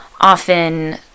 often